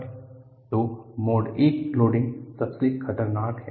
mode II loading तो mode I loading सबसे खतरनाक है